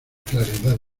claridad